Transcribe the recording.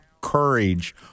courage